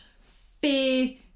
fear